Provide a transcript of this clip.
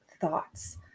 thoughts